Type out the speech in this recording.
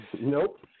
Nope